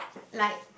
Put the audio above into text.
like